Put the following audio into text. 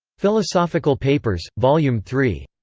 philosophical papers, vol. yeah um three.